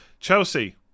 Chelsea